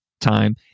time